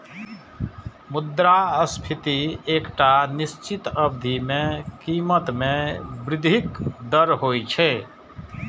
मुद्रास्फीति एकटा निश्चित अवधि मे कीमत मे वृद्धिक दर होइ छै